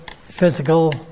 physical